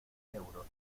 euros